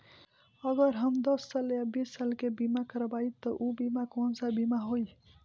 अगर हम दस साल या बिस साल के बिमा करबइम त ऊ बिमा कौन सा बिमा होई?